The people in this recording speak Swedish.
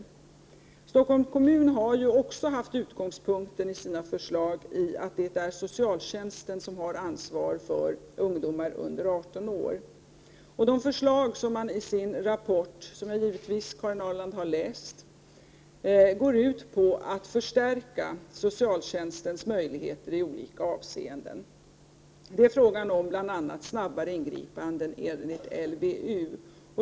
Också Stockholms kommun har ju i sina förslag haft som utgångspunkt att det är socialtjänsten som har ansvaret för ungdomar under 18 år. Förslagen i rapporten, som jag givetvis, Karin Ahrland, har läst, går ut på att förstärka socialtjänstens möjligheter i olika avseenden. Det är bl.a. fråga om att snabbare kunna ingripa enligt LVU.